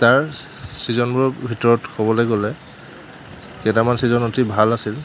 তাৰ চিজনবোৰৰ ভিতৰত ক'বলৈ গ'লে কেইটামান চিজন অতি ভাল আছিল